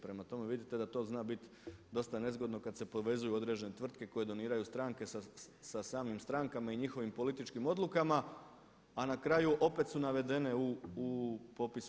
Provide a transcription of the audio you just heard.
Prema tome, vidite da to zna biti dosta nezgodno kada se povezuju određene tvrtke koje doniraju stranke sa samim strankama i njihovim političkim odlukama a na kraju opet su navedene u popisu